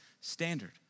standard